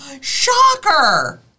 Shocker